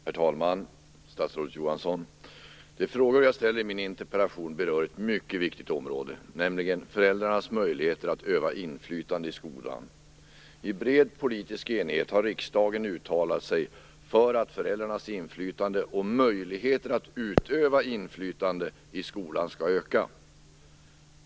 Herr talman! Statsrådet Johansson! De frågor som jag ställer i min interpellation berör ett mycket viktigt område, nämligen föräldrarnas möjligheter att utöva inflytande i skolan. I bred politisk enighet har riksdagen uttalat sig för att föräldrarnas inflytande och möjligheter att utöva inflytande i skolan skall öka.